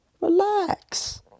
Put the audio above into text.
relax